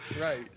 Right